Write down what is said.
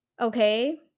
Okay